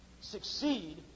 succeed